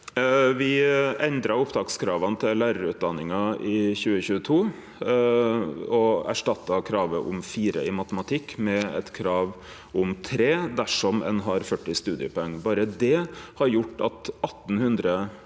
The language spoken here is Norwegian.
Me endra opp- takskrava til lærarutdanninga i 2022 og erstatta kravet om 4 i matematikk med eit krav om 3 dersom ein har 40 studiepoeng. Berre det har gjort at 1 800